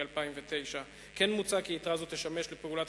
2009. כן מוצע כי יתרה זו תשמש לפעולות